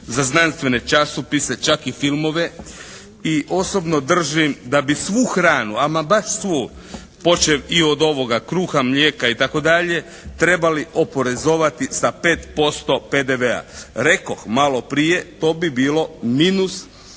za znanstvene časopise, čak i filmove i osobno držim da bi svu hranu, ama baš svu počev i od ovoga kruha, mlijeka itd. trebali oporezovati sa 5% PDV-a. Rekoh maloprije to bi bilo minus